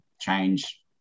change